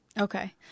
Okay